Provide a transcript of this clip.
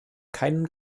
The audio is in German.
keinen